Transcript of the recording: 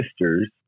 sisters